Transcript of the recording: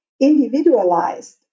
individualized